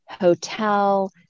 hotel